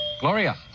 Gloria